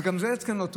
אז גם זה התקן לא טוב,